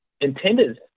intended